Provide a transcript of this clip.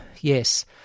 yes